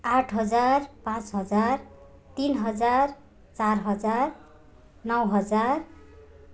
आठ हजार पाँच हजार तिन हजार चार हजार नौ हजार